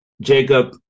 Jacob